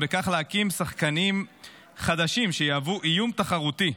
ובכך להקים שחקנים חדשים שיהוו "איום תחרותי"